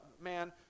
man